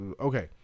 okay